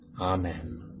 Amen